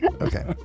Okay